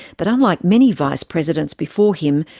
but unlike many vice presidents before him,